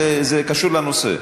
זה קשור לנושא.